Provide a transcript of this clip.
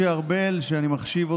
כאישה.